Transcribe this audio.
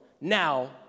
now